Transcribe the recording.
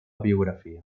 biografia